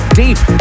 deep